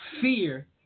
fear